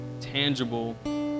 tangible